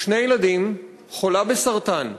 שני ילדים, חולה בסרטן.